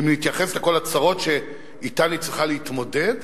ואם נתייחס לכל הצרות שאתן היא צריכה להתמודד,